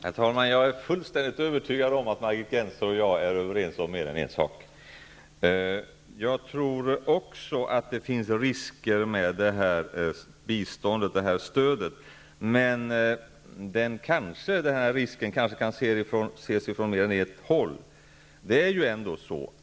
Herr talman! Jag är fullständigt övertygad om att Margit Gennser och jag är överens om mer än en sak. Jag tror också att det finns risker med stödet till Sydafrika, men den risken kan kanske ses från mer än ett håll.